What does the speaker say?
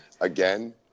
Again